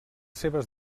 seves